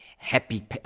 happy